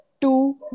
two